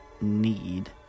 need